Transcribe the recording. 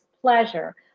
pleasure